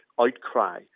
outcry